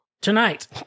Tonight